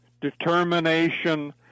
determination